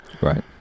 Right